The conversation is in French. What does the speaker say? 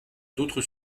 d’autres